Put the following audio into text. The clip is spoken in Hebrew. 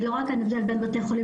אני לא רואה כאן הבדל בין בתי חולים